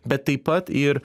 bet taip pat ir